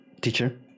Teacher